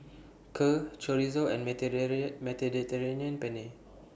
Kheer Chorizo and Mediterranean Penne